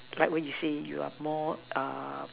like what you say you are more err